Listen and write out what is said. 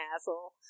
asshole